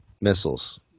missiles